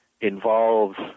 involves